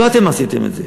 ולא אתם עשיתם את זה.